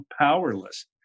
powerless